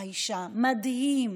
האישה: מדהים.